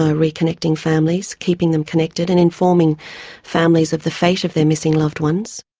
ah reconnecting families, keeping them connected, and informing families of the fate of their missing loved ones.